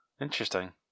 Interesting